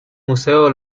museo